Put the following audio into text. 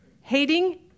hating